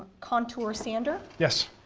contour sander. yes.